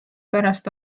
pärast